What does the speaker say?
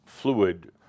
fluid